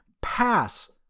pass